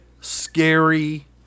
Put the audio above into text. scary